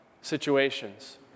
situations